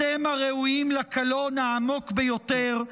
אתם הראויים לקלון העמוק ביותר.